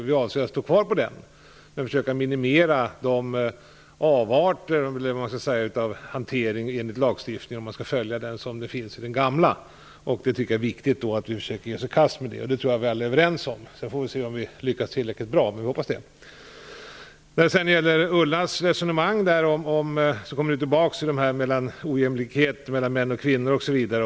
Vi avser att ha kvar den nuvarande men vill försöka få bort de avarter som finns. Jag tycker att det är viktigt att vi försöker ge oss i kast med detta. Det tror jag att vi alla är överens om. Sedan får vi se om vi lyckas tillräckligt bra. Men vi hoppas det. Ulla Hoffmann återkommer till frågan om ojämlikhet mellan män och kvinnor osv.